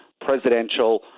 presidential